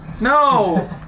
No